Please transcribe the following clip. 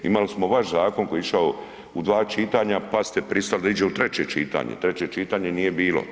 Imali smo vaš zakon koji je išao u 2 čitanja, pa ste pristali da iđe u treće čitanje, treće čitanje nije bilo.